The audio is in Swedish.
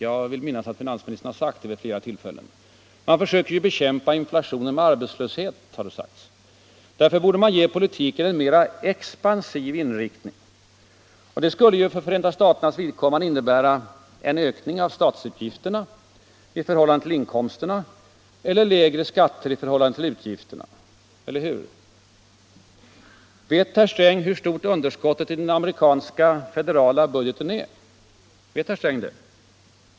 Jag vill minnas att finansministern har sagt det vid flera tillfällen. Man försöker ju bekämpa inflationen med arbetslöshet, har det sagts. Därför borde man ge politiken en mera expansiv riktning. Det skulle ju för Förenta staternas vidkommande innebära en ökning av statsutgifterna i förhållande till inkomsterna eller lägre skatter i förhållande till utgifterna. Eller hur? Vet herr Sträng hur stort underskottet i den amerikanska federala budgeten är?